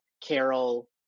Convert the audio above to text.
Carol